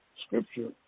Scripture